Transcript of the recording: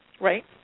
Right